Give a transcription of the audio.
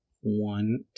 one